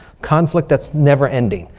conflict that's never ending.